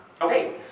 Okay